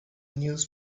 news